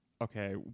Okay